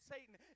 Satan